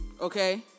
Okay